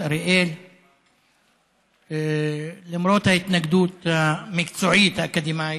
אריאל למרות ההתנגדות המקצועית האקדמית,